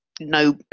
no